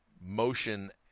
motion